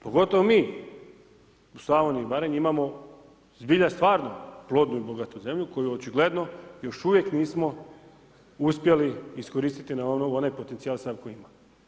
Pogotovo mi u Slavoniji i Baranji imamo zbilja stvarno plodnu i bogatu zemlju koju očigledno još uvijek nismo uspjeli iskoristiti na onaj potencijal sav koji ima.